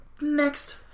Next